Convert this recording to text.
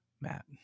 Matt